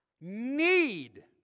need